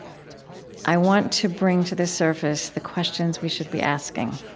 i want to bring to the surface the questions we should be asking.